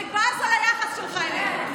אני בזה ליחס שלך אלינו.